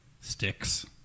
sticks